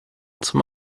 zum